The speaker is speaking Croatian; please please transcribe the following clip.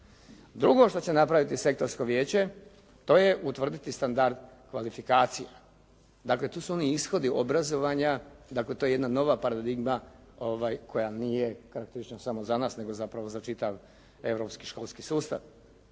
Drugo što će napraviti sektorsko vijeće, to je utvrditi standard kvalifikacija. Dakle, to su oni ishodi obrazovanja, dakle to je jedna nova paradigma koja nije karakteristična samo za nas, nego zapravo za čitav europski školski sustav.